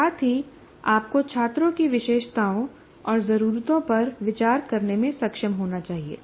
साथ ही आपको छात्रों की विशेषताओं और जरूरतों पर विचार करने में सक्षम होना चाहिए